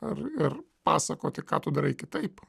ir ir pasakoti ką tu darai kitaip